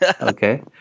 Okay